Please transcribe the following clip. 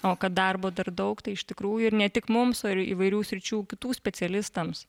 o kad darbo dar daug tai iš tikrųjų ir ne tik mums o ir įvairių sričių kitų specialistams